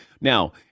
Now